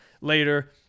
later